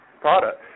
product